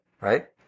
Right